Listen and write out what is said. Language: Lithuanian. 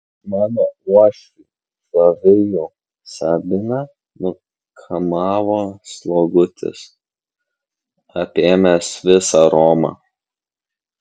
mano uošvį flavijų sabiną nukamavo slogutis apėmęs visą romą